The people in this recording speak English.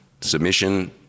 submission